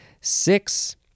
Six